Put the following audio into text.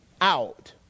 out